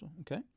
Okay